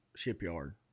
Shipyard